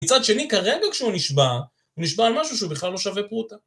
מצד שני כרגע כשהוא נשבע, הוא נשבע על משהו שהוא בכלל לא שווה פרוטה.